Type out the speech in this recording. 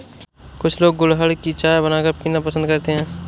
कुछ लोग गुलहड़ की चाय बनाकर पीना पसंद करते है